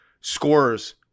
scorers